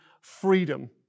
freedom